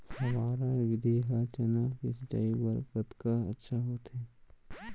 फव्वारा विधि ह चना के सिंचाई बर कतका अच्छा होथे?